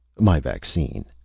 my vaccine